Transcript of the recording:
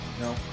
No